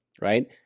right